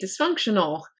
dysfunctional